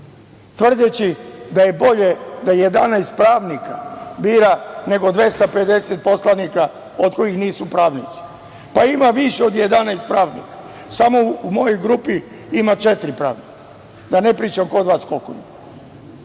tvrdeći da je bolje da 11 pravnika bira, nego 250 poslanika od kojih nisu pravnici. Pa, ima više od 11 pravnika, samo u mojoj grupi ima četiri pravnika, a da ne pričam koliko kod vas ima.